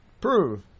prove